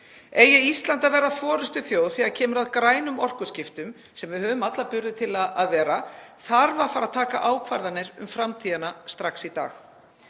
Eigi Ísland að verða forystuþjóð þegar kemur að grænum orkuskiptum, sem við höfum alla burði til að vera, þarf að fara að taka ákvarðanir um framtíðina strax í dag.